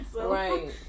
Right